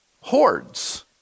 hordes